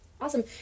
Awesome